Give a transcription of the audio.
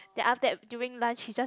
then after that during lunch he just